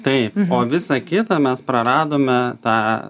tai o visa kita mes praradome tą